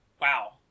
Wow